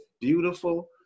beautiful